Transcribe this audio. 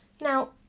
Now